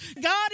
God